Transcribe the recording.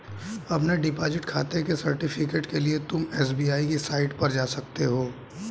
अपने डिपॉजिट खाते के सर्टिफिकेट के लिए तुम एस.बी.आई की साईट पर जा सकते हो